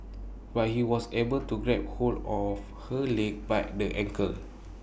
but he was able to grab hold of her leg by the ankle